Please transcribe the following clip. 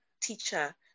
teacher